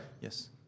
yes